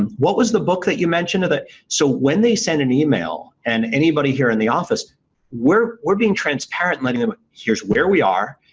and what was the book that you mentioned or the, so when they send an email and anybody here in the office we're we're being transparent letting them, here's where we are.